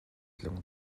tlung